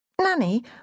Nanny